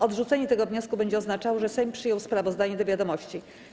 Odrzucenie tego wniosku będzie oznaczało, że Sejm przyjął sprawozdanie do wiadomości.